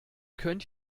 könnt